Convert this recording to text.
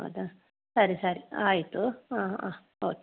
ಹೌದಾ ಸರಿ ಸರಿ ಆಯಿತು ಹಾಂ ಹಾಂ ಓಕೆ